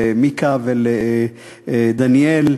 למיקה ולדניאל,